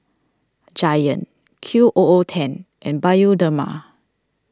Giant Q O O ten and Bioderma